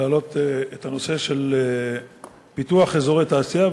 להעלות את הנושא של פיתוח אזורי תעשייה,